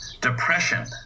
depression